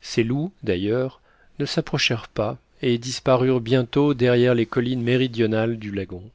ces loups d'ailleurs ne s'approchèrent pas et disparurent bientôt derrière les collines méridionales du lagon